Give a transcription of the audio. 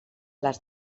les